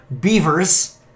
beavers